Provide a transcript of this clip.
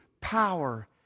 power